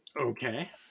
okay